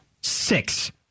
Six